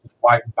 white